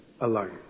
Alone